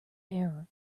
error